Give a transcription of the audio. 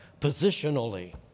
positionally